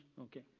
Okay